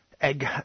Egg